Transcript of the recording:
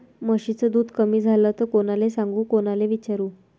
म्हशीचं दूध कमी झालं त कोनाले सांगू कोनाले विचारू?